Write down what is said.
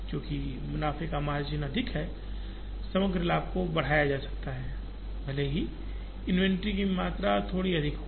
और क्योंकि मुनाफे का मार्जिन अधिक है समग्र लाभ को बढ़ाया जा सकता है भले ही इन्वेंट्री की मात्रा थोड़ी अधिक हो